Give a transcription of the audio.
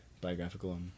biographical